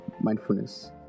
mindfulness